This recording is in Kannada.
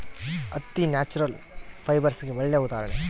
ಹತ್ತಿ ನ್ಯಾಚುರಲ್ ಫೈಬರ್ಸ್ಗೆಗೆ ಒಳ್ಳೆ ಉದಾಹರಣೆ